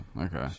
okay